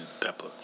pepper